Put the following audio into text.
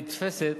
הנתפסת